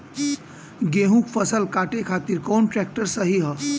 गेहूँक फसल कांटे खातिर कौन ट्रैक्टर सही ह?